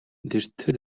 тэртээ